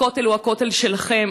הכותל הוא הכותל שלכם,